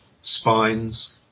spines